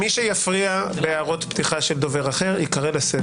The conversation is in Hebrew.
מי שיפריע בהערות פתיחה של דובר אחר, ייקרא לסדר.